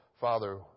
Father